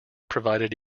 provided